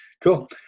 Cool